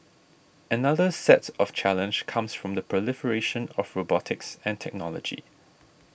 another set of challenge comes from the proliferation of robotics and technology